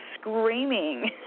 screaming